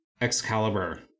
Excalibur